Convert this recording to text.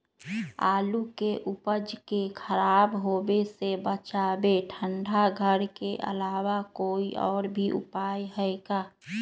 आलू के उपज के खराब होवे से बचाबे ठंडा घर के अलावा कोई और भी उपाय है का?